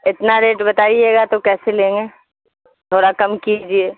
اتنا ریٹ بتائیے گا تو کیسے لیں گے تھورا کم کیجیے